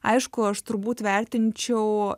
aišku aš turbūt vertinčiau